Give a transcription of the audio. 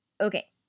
Okay